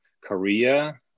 Korea